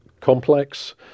complex